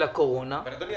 הקורונה --- אדוני,